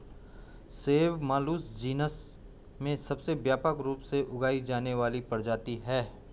सेब Malus genus में सबसे व्यापक रूप से उगाई जाने वाली प्रजाति है